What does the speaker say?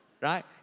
Right